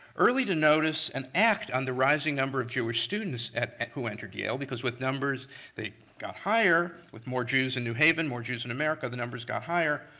early to notice an act on the rising number of jewish students who entered yale because with numbers they got higher with more jews in new haven, more jews in america, the numbers got higher,